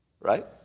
Right